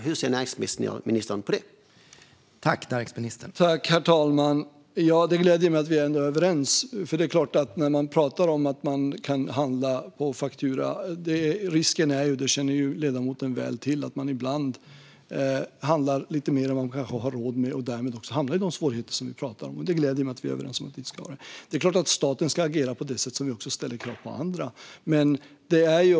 Herr talman! Det gläder mig att vi ändå är överens. När man handlar på faktura är ju risken, vilket ledamoten väl känner till, att man köper lite mer än man har råd med och därmed hamnar i de svårigheter som vi pratar om. Det gläder mig att vi är överens om att vi inte ska ha det så. Det är klart att staten ska agera på samma sätt som vi kräver att andra ska göra.